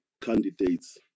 candidates